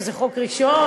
וזה חוק ראשון,